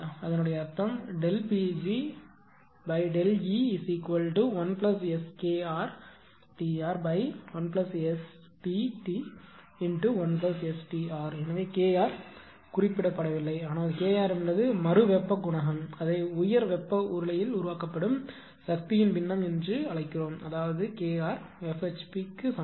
அதனால் அர்த்தம் PgΔE1SKrTr1STt1STr எனவே K r குறிப்பிடப்படவில்லை ஆனால் K r என்பது மறு வெப்பக் குணகம் அதை உயர் வெப்ப உருளையில் உருவாக்கப்படும் சக்தியின் பின்னம் என்று அழைக்கப்படுகிறது அதாவது K r F HP சமம்